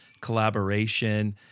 collaboration